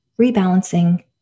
rebalancing